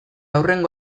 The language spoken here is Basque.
hurrengo